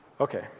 Okay